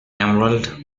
emerald